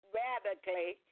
radically